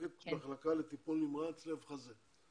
מחלקה לטיפול נמרץ לב-חזה.